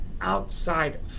outside